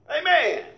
Amen